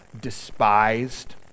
despised